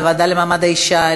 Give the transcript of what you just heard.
לוועדה למעמד האישה?